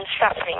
suffering